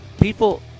people